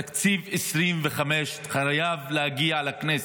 תקציב 2025 חייב להגיע לכנסת.